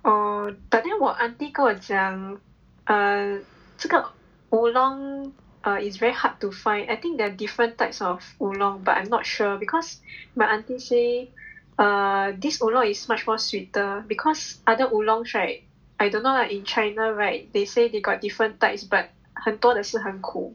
oh but then 我 aunty 跟我讲 err 这个 oolong err it's very hard to find I think there are different types of oolong but I'm not sure because my aunty say err this oolong is much more sweeter because other oolong right I don't know lah in China right they say they got different types but 很多的是很苦